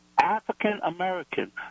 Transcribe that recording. African-American